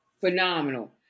phenomenal